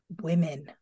women